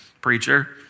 Preacher